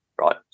Right